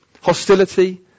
hostility